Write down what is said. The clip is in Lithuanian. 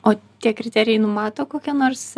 o tie kriterijai numato kokio nors